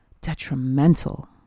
detrimental